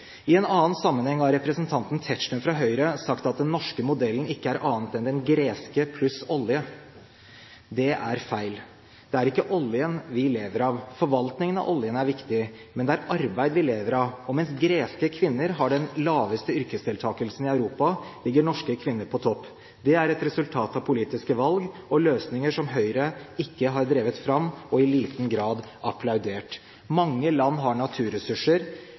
I en annen sammenheng har representanten Tetzschner fra Høyre sagt at den norske modellen ikke er annet enn den greske pluss olje. Det er feil. Det er ikke oljen vi lever av. Forvaltningen av oljen er viktig, men det er arbeid vi lever av. Mens greske kvinner har den laveste yrkesdeltakelsen i Europa, ligger norske kvinner på topp. Det er et resultat av politiske valg og løsninger som Høyre ikke har drevet fram, og i liten grad applaudert. Mange land har naturressurser,